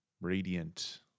Radiant